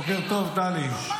בוקר טוב, טלי.